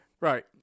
Right